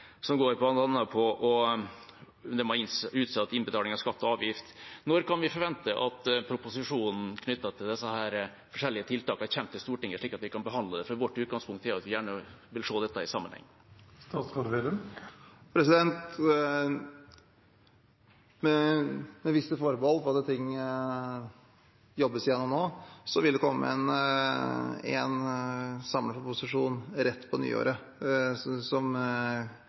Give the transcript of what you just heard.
som bl.a. går på utsatt innbetaling av skatt og avgift. Når kan vi forvente at proposisjonen knyttet til disse forskjellige tiltakene kommer til Stortinget slik at vi kan behandle det? Vårt utgangspunkt er at vi gjerne vil se dette i sammenheng. Med visse forbehold, for det blir jobbet gjennom det nå, vil det komme en samleproposisjon til vedtak rett over nyttår. Men jeg må ta visse forbehold om at det